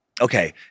okay